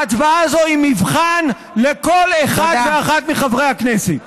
ההצבעה הזאת היא מבחן לכל אחת ואחד מחברי הכנסת.